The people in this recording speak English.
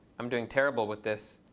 i'm doing terrible with this.